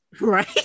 Right